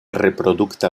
reprodukta